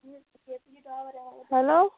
hello